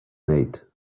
made